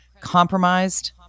compromised